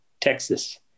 Texas